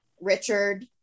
Richard